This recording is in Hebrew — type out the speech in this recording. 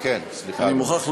היושב-ראש,